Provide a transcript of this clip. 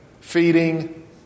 feeding